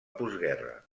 postguerra